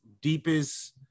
deepest